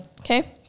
Okay